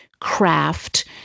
craft